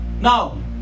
Now